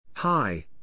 Hi